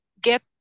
get